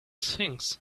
sphinx